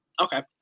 Okay